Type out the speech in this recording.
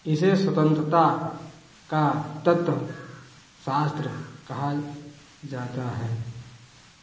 इसे स्वतंत्रता का तत्व शास्त्र कहा जाता है